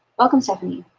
welcome, stephanie.